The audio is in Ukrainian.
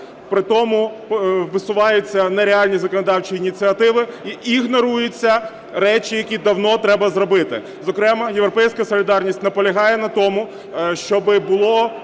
При тому висуваються нереальні законодавчі ініціативи і ігноруються речі, які давно треба зробити. Зокрема "Європейська солідарність" наполягає на тому, щоби було